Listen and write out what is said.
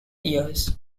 years